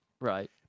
Right